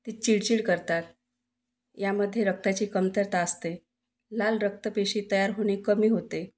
ते चिडचिड करतात यामध्ये रक्ताची कमतरता असते लाल रक्त पेशी तयार होणे कमी होते